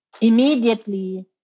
immediately